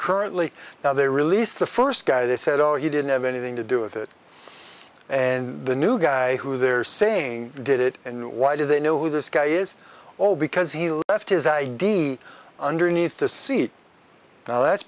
currently now they released the first guy they said oh you didn't have anything to do with it and the new guy who they're saying did it and why did they know who this guy is all because he left his id underneath the seat now that's